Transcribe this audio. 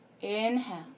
Inhale